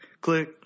click